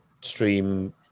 stream